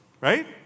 right